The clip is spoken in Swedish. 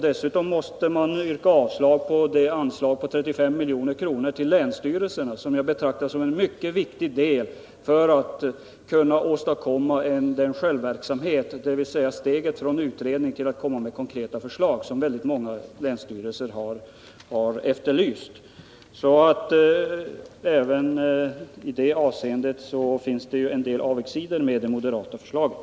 Dessutom måste man yrka avslag på det anslag på 35 milj.kr. till länsstyrelserna, som jag betraktar som en mycket viktig del för att kunna åstadkomma den självverksamhet, dvs. steget från utredning och fram till konkreta förslag, som många länsstyrelser har efterlyst. Även i det avseendet finns en del avigsidor med det moderata förslaget.